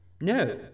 No